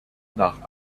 nach